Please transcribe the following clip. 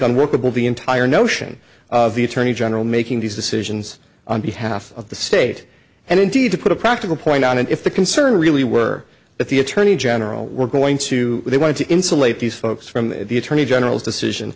unworkable the entire notion of the attorney general making these decisions on behalf of the state and indeed to put a practical point on it if the concern really were that the attorney general were going to they want to insulate these folks from the attorney general's decision